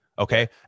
Okay